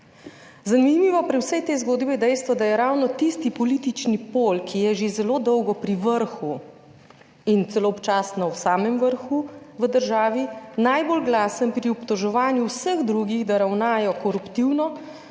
Zanimivo pri vsej tej zgodbi je dejstvo, da je ravno tisti politični pol, ki je že zelo dolgo pri vrhu in celo občasno v samem vrhu v državi, najbolj glasen pri obtoževanju vseh drugih, da ravnajo koruptivno,